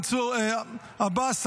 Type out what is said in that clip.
מנסור עבאס,